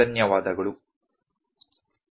ಧನ್ಯವಾದಗಳು